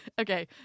Okay